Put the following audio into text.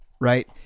Right